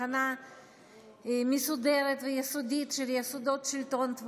הכנה מסודרת ויסודית של יסודות שלטון,